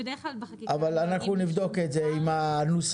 אבל אנחנו נבדוק את זה עם הנסח.